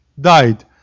died